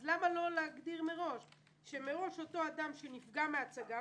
אז למה לא להגדיר מראש שמראש אותו אדם שנפגע מהצגה,